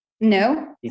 No